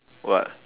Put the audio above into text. what